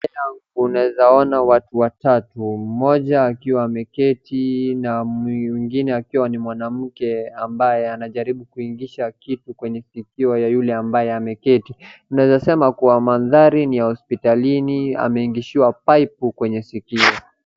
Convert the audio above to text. Unawezaona watu watatu, mmoja akiwa ameketi na mwingine akiwa ni mwanamke ambaye anajaribu kuingisha kitu kwenye sikio ya yule ambaye ameketi. Tunawezasema kuwa mandhari ni ya hospitalini, ameingishiwa paipu kwenye sikio.